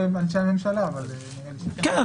תלוי באנשי הממשלה, אבל אין סיבה --- כן.